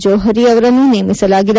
ಜೋಹರಿ ಅವರನ್ನು ನೇಮಿಸಲಾಗಿದೆ